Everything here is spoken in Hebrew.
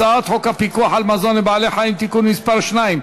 הצעת חוק הפיקוח על מזון לבעלי-חיים (תיקון מס' 2),